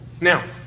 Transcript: Now